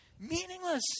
Meaningless